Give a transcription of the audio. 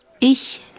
Ich